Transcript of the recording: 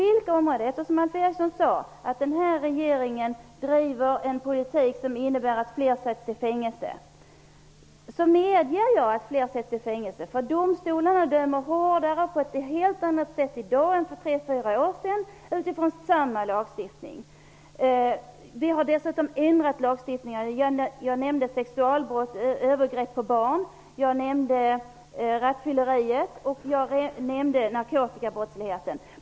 Alf Eriksson sade att den nuvarande regeringen driver en politik som innebär att fler sätts i fängelse. Jag medger att fler sätts i fängelse. Domstolarna dömer i dag utifrån samma lagstiftning hårdare på ett helt annat sätt än för tre, fyra år sedan. Vi har dessutom ändrat lagstiftningen. Jag nämnde sexualbrott, övergrepp på barn, rattfylleri och narkotikabrott.